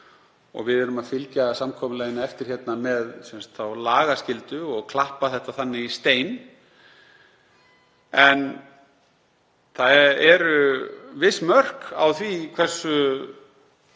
og við erum að fylgja samkomulaginu eftir með lagaskyldu og klappa þetta þannig í stein. En það eru viss mörk á því hversu